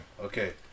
Okay